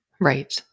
Right